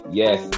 yes